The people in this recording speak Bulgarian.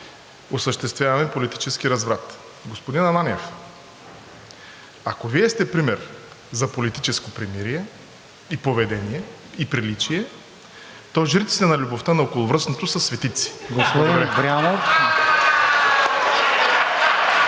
осъществяваме политически разврат. Господин Ананиев, ако Вие сте пример за политическо примирие и поведение, и приличие, то жриците на любовта на Околовръстното са светици. Благодаря. (Смях,